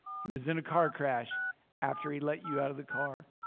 he was in a car crash after he let you out of the car.